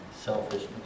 selfishness